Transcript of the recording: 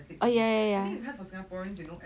oh ya ya ya